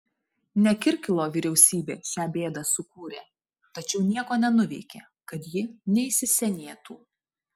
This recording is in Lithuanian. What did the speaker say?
ne kirkilo vyriausybė šią bėdą sukūrė tačiau nieko nenuveikė kad ji neįsisenėtų